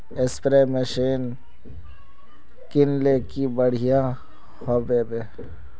Spray machine किनले की बढ़िया होबवे?